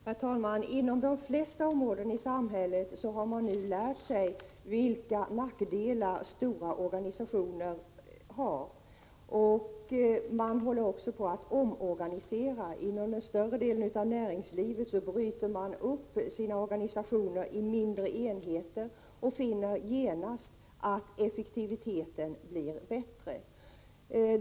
Herr talman! Inom de flesta områden i samhället har man nu lärt sig vilka nackdelar stora organisationer har. Man håller också på att omorganisera. Inom en större del av näringslivet bryts organisationerna upp i mindre enheter. Man finner då genast att effektiviteten blir bättre.